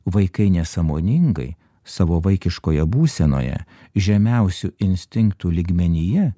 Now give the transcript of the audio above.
vaikai nesąmoningai savo vaikiškoje būsenoje žemiausių instinktų lygmenyje